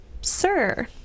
sir